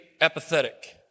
apathetic